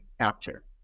capture